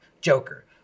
Joker